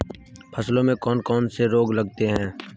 फसलों में कौन कौन से रोग लगते हैं?